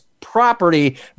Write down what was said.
property